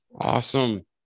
awesome